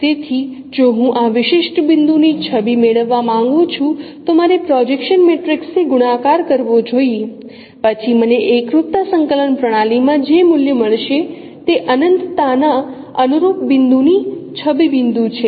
તેથી જો હું આ વિશિષ્ટ બિંદુ ની છબી મેળવવા માંગું છું તો મારે પ્રોજેક્શન મેટ્રિક્સ થી ગુણાકાર કરવો જોઈએ પછી મને એકરૂપતા સંકલન પ્રણાલી માં જે મૂલ્ય મળશે તે અનંતતા ના અનુરૂપ બિંદુ ની છબી બિંદુ છે